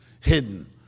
hidden